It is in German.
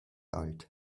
alt